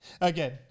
again